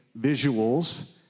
visuals